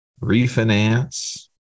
refinance